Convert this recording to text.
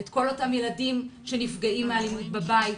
של כל אותם ילדים שנפגעים מאלימות בבית,